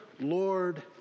Lord